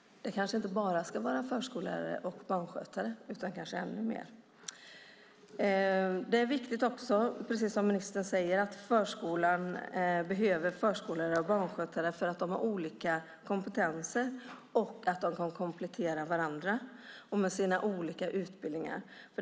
Det kanske inte bara ska vara förskollärare och barnskötare utan ännu fler. Precis som ministern säger behöver förskolan både förskollärare och barnskötare eftersom de har olika kompetenser och kan komplettera varandra med sina olika utbildningar.